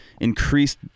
increased